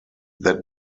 that